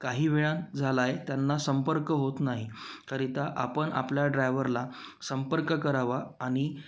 काही वेळ झाला आहे त्यांना संपर्क होत नाही करीता आपण आपल्या ड्रायव्हरला संपर्क करावा आणि